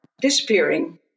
disappearing